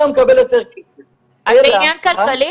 הוא מקבל יותר כסף --- אז אתה אומר שזה עניין כלכלי?